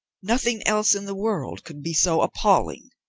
nothing else in the world could be so appalling.